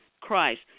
Christ